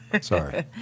Sorry